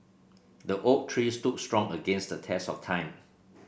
the oak tree stood strong against the test of time